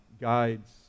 guides